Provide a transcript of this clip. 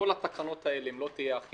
כל התקנות האלה, אם לא תהיה אכיפה-